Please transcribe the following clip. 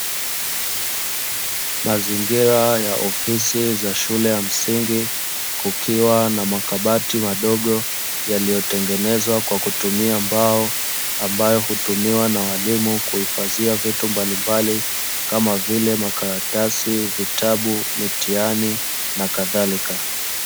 Mazingira ya ofisi za shule ya msingi kukiwa na makabati madogo yaliyotengenezwa kwa kutumia mbao ambayo hutumiwa na walimu kuhifadhia vitu mbalimbali kama vile makaratasi, vitabu, mitihani na kadhalika.